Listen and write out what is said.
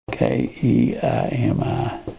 K-E-I-M-I